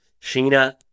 Sheena